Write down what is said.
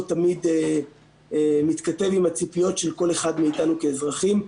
תמיד מתכתב עם הציפיות של כל אחד מאיתנו כאזרחים,